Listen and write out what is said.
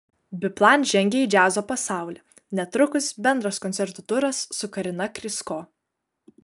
biplan žengia į džiazo pasaulį netrukus bendras koncertų turas su karina krysko